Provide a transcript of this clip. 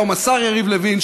היום השר יריב לוין,